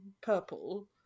purple